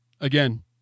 again